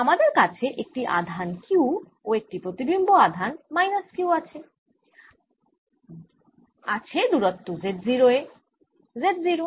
আমাদের আছে একটি আধান q ও একটি প্রতিবিম্ব আধান মাইনাস q আছে দূরত্ব z0 এ z0